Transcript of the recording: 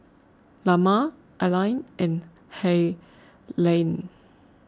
Lamar Aline and Helaine